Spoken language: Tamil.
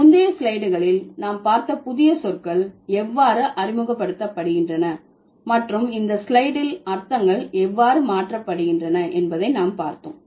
முந்தைய ஸ்லைடுகளில் நாம் பார்த்த புதிய சொற்கள் எவ்வாறு அறிமுகப்படுத்தப்படுகின்றன மற்றும் இந்த ஸ்லைடு இல் அர்த்தங்கள் எவ்வாறு மாற்றப்படுகின்றன என்பதை நாம் பார்த்தோம்